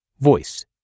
Voice